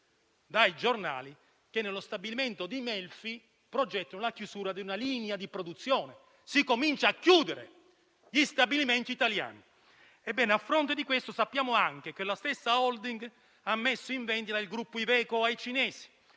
dai giornali che nello stabilimento di Melfi si progetta la chiusura di una linea di produzione: si comincia a chiudere gli stabilimenti italiani. Ebbene, a fronte di questo sappiamo anche che la stessa *holding* ha messo in vendita il gruppo Iveco ai cinesi